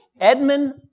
Edmund